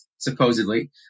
supposedly